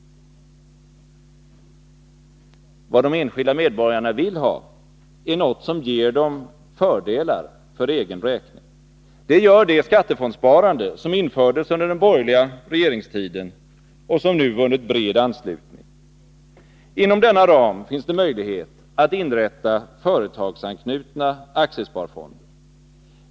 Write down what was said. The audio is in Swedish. Vad de enskilda medborgarna vill ha är något som ger dem fördelar för egen räkning. Det gör det skattefondssparande som infördes under den borgerliga regeringstiden och som nu vunnit bred anslutning. Inom denna ram finns det möjlighet att inrätta företagsanknutna aktiesparfonder.